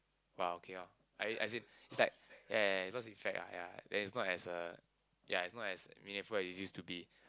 !wow! okay orh as as in it's like ya ya ya it's lost effect ah ya then it's not as uh ya it's not as meaningful as it used to be